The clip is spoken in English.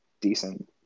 decent